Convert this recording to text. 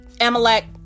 Amalek